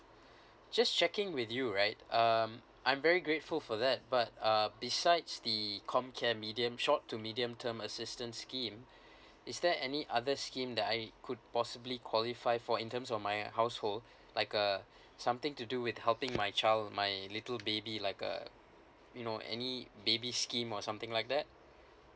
just checking with you right um I'm very grateful for that but um besides the comcare medium short to medium term assistance scheme is there any other scheme that I could possibly qualify for in terms of my household like uh something to do with helping my child my little baby like uh you know any baby scheme or something like that